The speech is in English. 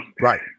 Right